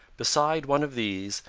beside one of these,